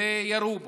וירו בו.